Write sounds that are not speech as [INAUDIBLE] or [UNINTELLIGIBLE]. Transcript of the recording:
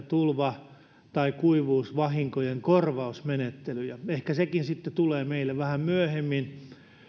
[UNINTELLIGIBLE] tulva tai kuivuusvahinkojen korvausmenettelyjen selkeyttämistä ehkä sekin sitten tulee meille vähän myöhemmin